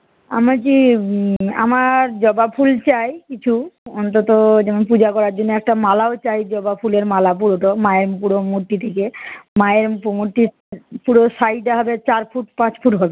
আমি বলছি আমার জবা ফুল চাই কিছু অন্তত যেমন পূজা করার জন্য একটা মালাও চাই জবা ফুলের মালা পুরোটা মায়ের পুরো মূর্তিটিকে মায়ের মূর্তি পুরো সাইজ হবে চার ফুট পাঁচ ফুট হবে